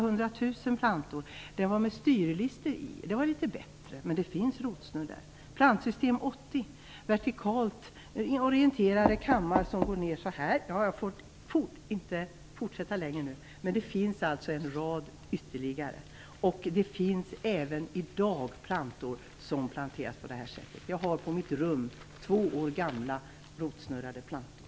Hårdplast med styrlister i. Det är litet bättre men det finns rotsnurr där. Eftersom min taletid är slut kan jag inte fortsätta längre nu, men det finns en rad ytterligare. Även i dag finns det plantor som planteras på det här sättet. Jag har på mitt rum två år gamla rotsnurrade plantor.